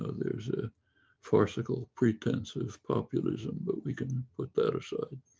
there's a farcical pretence of populism. but we can put that aside,